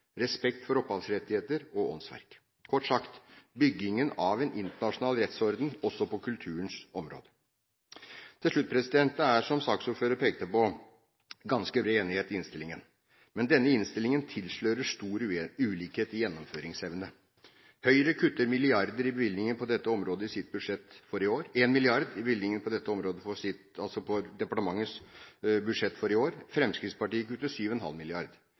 respekt for opphavsrettigheter og åndsverk – kort sagt: byggingen av en internasjonal rettsorden også på kulturens område. Til slutt: Det er, som saksordføreren pekte på, ganske bred enighet i innstillingen. Men denne innstillingen tilslører stor ulikhet i gjennomføringsevne. Høyre kutter 1 mrd. kr i bevilgningene på dette området i sitt budsjett for dette departementet for i år, Fremskrittspartiet kutter 7,5